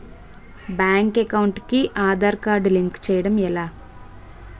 Bank account కి Aadhaar card link చేయడం ఎలా?